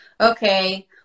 okay